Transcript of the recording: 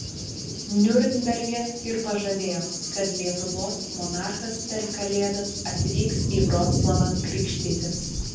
niurnberge ir pažadėjo kad lietuvos monarchas per kalėdas atvyks į vroclavą krikštytis